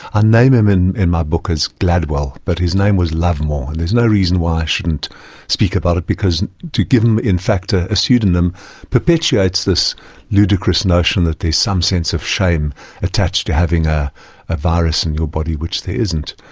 ah name him in in my book as gladwell but his name was lovemore, and there's no reason why i shouldn't speak about it because to give him in fact ah a pseudonym perpetuates this ludicrous notion that there is some sense of shame attached to having ah a virus in your body, which there isn't.